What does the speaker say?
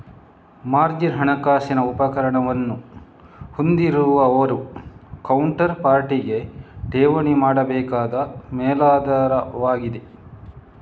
margin ಹಣಕಾಸಿನ ಉಪಕರಣವನ್ನು ಹೊಂದಿರುವವರು ಕೌಂಟರ್ ಪಾರ್ಟಿಗೆ ಠೇವಣಿ ಮಾಡಬೇಕಾದ ಮೇಲಾಧಾರವಾಗಿದೆ